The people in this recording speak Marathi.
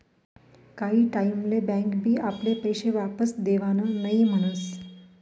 काही टाईम ले बँक बी आपले पैशे वापस देवान नई म्हनस